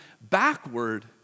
backward